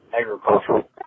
agricultural